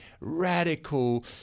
radical